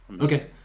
Okay